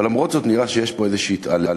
למרות זאת נראה שיש פה איזה התעללות